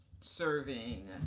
serving